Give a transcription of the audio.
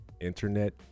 Internet